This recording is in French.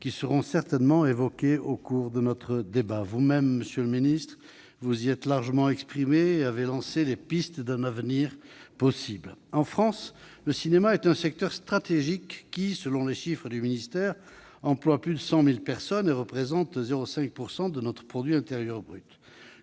qui seront certainement évoquées au cours de notre débat. Monsieur le ministre, vous-même vous y êtes largement exprimé et avez dessiné les contours d'un avenir possible. En France, le cinéma est un secteur stratégique qui, selon les chiffres du ministère, emploie plus de 100 000 personnes et représente 0,5 % de notre produit intérieur brut.